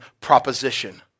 proposition